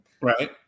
right